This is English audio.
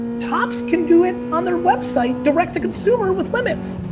topps can do it on their website, direct to consumer with limits.